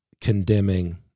condemning